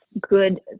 good